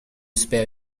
spell